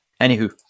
Anywho